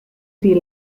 sea